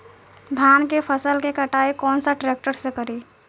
धान के फसल के कटाई कौन सा ट्रैक्टर से करी?